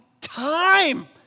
time